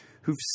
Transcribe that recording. who've